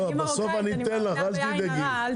אני מרוקאית, אני מאמינה בעין הרע.